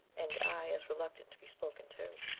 and i as reluctant to be spoken to.